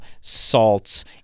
salts